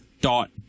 dot